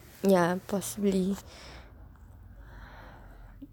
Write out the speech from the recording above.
ya possibly